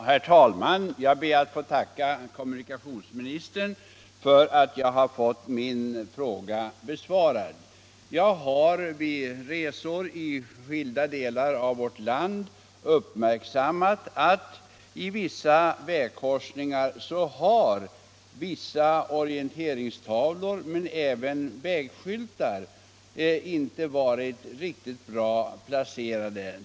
Herr talman! Jag ber att få tacka kommunikationsministern för att jag har fått min fråga besvarad. Jag har vid resor i skilda delar av vårt land uppmärksammat att i en del vägkorsningar har vissa orienteringstavlor, men även vägskyltar, inte varit riktigt bra placerade.